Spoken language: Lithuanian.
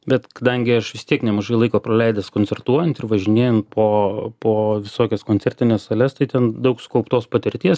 bet kadangi aš vis tiek nemažai laiko praleidęs koncertuojant ir važinėjant po po visokias koncertines sales tai ten daug sukauptos patirties